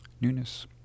newness